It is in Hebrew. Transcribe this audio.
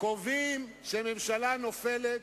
קובעים שממשלה נופלת,